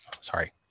sorry